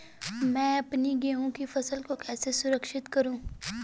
मैं अपनी गेहूँ की फसल को कैसे सुरक्षित करूँ?